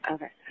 Okay